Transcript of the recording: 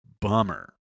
bummer